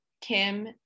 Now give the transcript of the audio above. kim